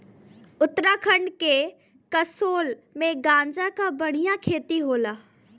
उत्तराखंड के कसोल में गांजा क बढ़िया खेती होला